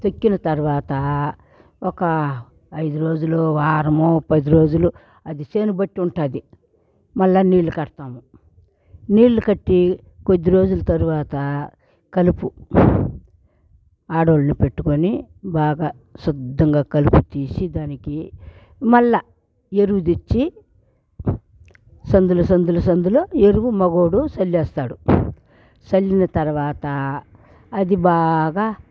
తొక్కిన తర్వాత ఒక ఐదు రోజులు వారము పది రోజులు అది చేని బట్టి ఉంటాది మళ్ల నీళ్లు కడతాము నీళ్లు కట్టి కొద్ది రోజులు తర్వాత కలుపు ఆడోళ్ళు పెట్టుకొని బాగా శుద్ధంగా కలుపుతీసి దానికి మళ్ల ఎరువు తెచ్చి సందులు సందులు సందులు ఎరువు మొగోడు చల్లేస్తాడు చల్లిన తర్వాత అది బాగా